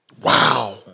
wow